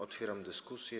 Otwieram dyskusję.